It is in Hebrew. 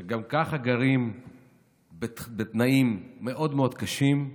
שגם ככה גרים בתנאים מאוד מאוד קשים: